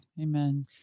Amen